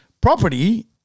property